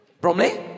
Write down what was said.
Bromley